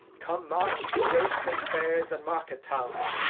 come, march to wakes, and fairs, and market-towns.